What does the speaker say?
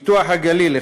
פיתוח הגליל,